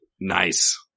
Nice